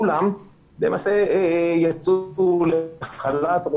כולם למעשה יצאו לחל"ת.